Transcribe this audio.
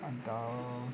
अन्त